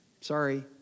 Sorry